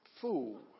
Fool